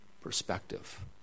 Perspective